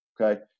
Okay